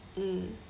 mm